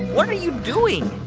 what are you doing?